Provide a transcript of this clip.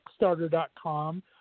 Kickstarter.com